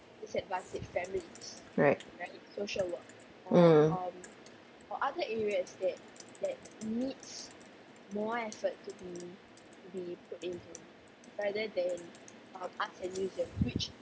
alright mm